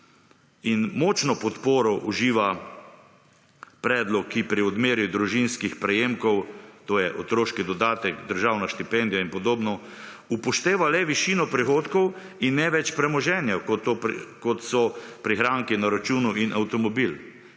In močno podporo uživa predlog, ki pri odmeri 30. TRAK: (SC) – 12.25 (nadaljevanje) družinskih prejemkov to je otroški dodatek, državna štipendija in podobno upošteva le višino prihodkov in ne več premoženja kot so prihranki na računu in avtomobil.